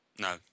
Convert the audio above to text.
No